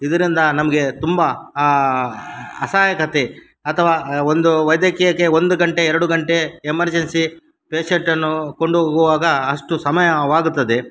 ಇದರಿಂದ ನಮಗೆ ತುಂಬ ಅಸಹಾಯಕತೆ ಅಥವಾ ಒಂದು ವೈದ್ಯಕೀಯಕ್ಕೆ ಒಂದು ಗಂಟೆ ಎರಡು ಗಂಟೆ ಎಮರ್ಜೆನ್ಸಿ ಪೇಷೆಂಟನ್ನು ಕೊಂಡು ಹೋಗುವಾಗ ಅಷ್ಟು ಸಮಯವಾಗುತ್ತದೆ